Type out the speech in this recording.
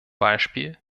beispiel